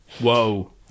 Whoa